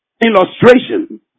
illustration